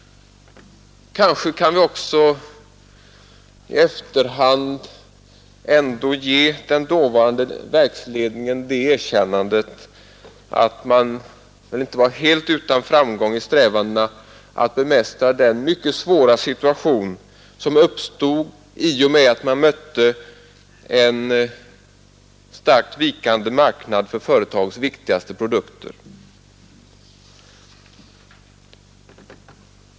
Kanske kan vi också i efterhand ändå ge den dåvarande verksledningen det erkännandet att den inte var helt utan framgång i strävandena att bemästra den mycket svåra situation, som uppstod i och med att man mötte en starkt vikande marknad för företagets viktigaste produkter.